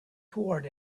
toward